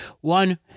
One